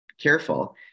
careful